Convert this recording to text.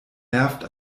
nervt